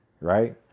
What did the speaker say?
right